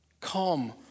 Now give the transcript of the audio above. come